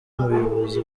ubuyobozi